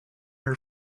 her